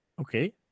Okay